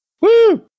Woo